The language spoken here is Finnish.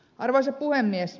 arvoisa puhemies